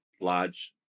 large